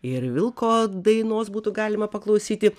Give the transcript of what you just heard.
ir vilko dainos būtų galima paklausyti